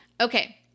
Okay